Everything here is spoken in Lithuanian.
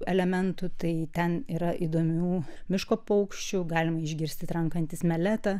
elementų tai ten yra įdomių miško paukščių galima išgirsti trankantis meletą